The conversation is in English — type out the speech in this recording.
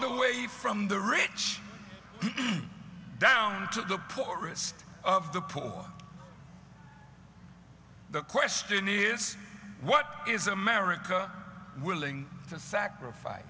the way from the rich down to the poorest of the poor the question is what is america willing to sacrifice